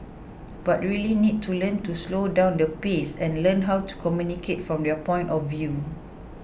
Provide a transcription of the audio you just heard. but really need to learn to slow down the pace and learn how to communicate from your point of view